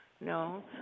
No